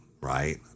right